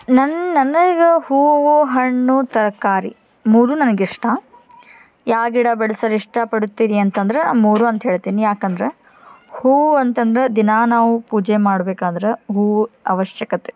ನನ್ ನನಗೆ ಹೂವು ಹಣ್ಣು ತರಕಾರಿ ಮೂರೂ ನನಗೆ ಇಷ್ಟ ಯಾವ ಗಿಡ ಬೆಳ್ಸಲ್ ಇಷ್ಟಪಡುತ್ತೀರಿ ಅಂತಂದ್ರೆ ಮೂರೂ ಅಂತ ಹೇಳ್ತೀನಿ ಯಾಕಂದ್ರೆ ಹೂವು ಅಂತಂದ್ರೆ ದಿನಾ ನಾವು ಪೂಜೆ ಮಾಡ್ಬೇಕಂದ್ರೆ ಹೂವು ಆವಶ್ಯಕತೆ